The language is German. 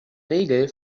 regel